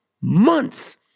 months